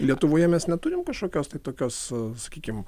lietuvoje mes neturim kažkokios tai tokios sakykim